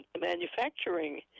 manufacturing